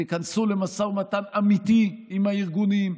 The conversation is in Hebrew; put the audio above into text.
תיכנסו למשא ומתן אמיתי עם הארגונים,